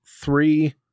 three